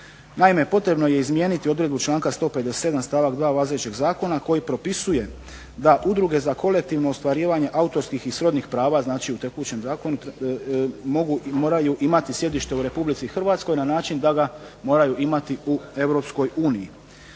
Naime, potrebno je izmijeniti odredbu članka 157. stavak 2. važećeg zakona koji propisuje da udruge za kolektivno ostvarivanje autorskih i srodnih prava znači u tekućem zakonu mogu i moraju imati sjedište u RH na način da ga moraju imati u EU.